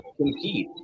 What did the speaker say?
compete